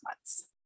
months